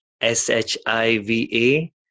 s-h-i-v-a